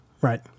Right